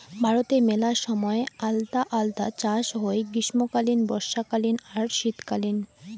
ভারতে মেলা সময় আলদা আলদা চাষ হই গ্রীষ্মকালীন, বর্ষাকালীন আর শীতকালীন